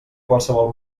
qualsevol